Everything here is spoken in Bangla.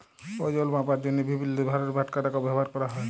ওজল মাপার জ্যনহে বিভিল্ল্য ভারের বাটখারা ব্যাভার ক্যরা হ্যয়